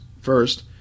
First